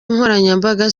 nkoranyambaga